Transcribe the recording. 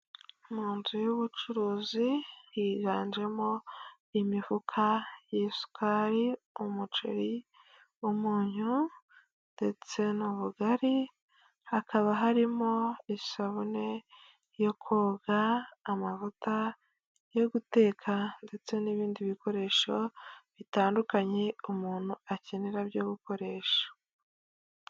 Mu nzu y'ubucuruzi higanjemo: imifuka y'isukari, umuceri, umunyu ndetse n'ubugari, hakaba harimo isabune yo koga, amavuta yo guteka ndetse n'ibindi bikoresho bitandukanye umuntu akenera byo gukoresha.